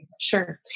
Sure